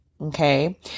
Okay